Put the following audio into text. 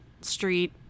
street